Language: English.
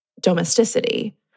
domesticity